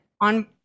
on